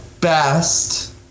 best